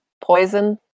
poison